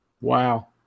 Wow